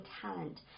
talent